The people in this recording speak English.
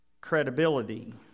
credibility